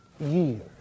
years